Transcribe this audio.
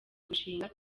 gushinga